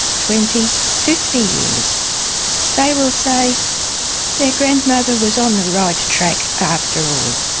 twenty, fifty years they will say their grandmother was on the right track after all.